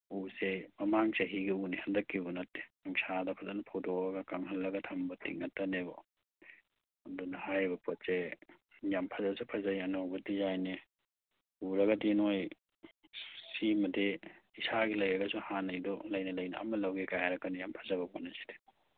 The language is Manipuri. ꯎꯁꯦ ꯃꯃꯥꯡ ꯆꯍꯤꯒꯤ ꯎꯅꯦ ꯍꯟꯗꯛꯀꯤ ꯎ ꯅꯠꯇꯦ ꯅꯨꯡꯁꯥꯗ ꯐꯖꯅ ꯐꯧꯗꯣꯛꯑꯒ ꯀꯪꯍꯜꯂꯒ ꯊꯝꯕ ꯇꯤꯛ ꯉꯥꯛꯇꯅꯦꯕ ꯑꯗꯨꯅ ꯍꯥꯏꯔꯤꯕ ꯄꯣꯠꯁꯦ ꯌꯥꯝ ꯐꯖꯁꯨ ꯐꯖꯩ ꯑꯅꯧꯕ ꯗꯤꯖꯥꯏꯟꯁꯦ ꯎꯔꯒꯗꯤ ꯅꯣꯏ ꯁꯤꯃꯗꯤ ꯏꯁꯥꯒꯤ ꯂꯩꯔꯒꯁꯨ ꯍꯥꯟꯅꯩꯗꯨ ꯂꯩꯅ ꯂꯩꯅ ꯑꯃ ꯂꯧꯒꯦꯀ ꯍꯥꯏꯔꯛꯀꯅꯤ ꯌꯥꯝ ꯐꯖꯕ ꯄꯣꯠꯅꯤ ꯁꯤꯗꯤ